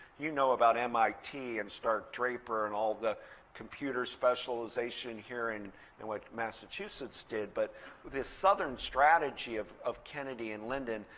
you know about mit, and stark draper, and all the computer specialization here and and what massachusetts did. but this southern strategy of of kennedy and lyndon,